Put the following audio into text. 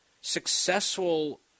successful